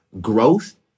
growth